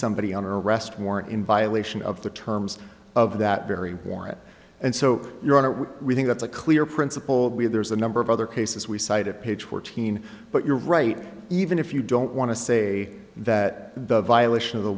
somebody on arrest warrant in violation of the terms of that very warrant and so your honor we rethink that's a clear principle there's a number of other cases we cited page fourteen but you're right even if you don't want to say that the violation of the